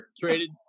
traded